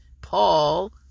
Paul